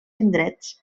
indrets